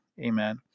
Amen